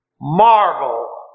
marvel